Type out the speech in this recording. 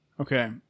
Okay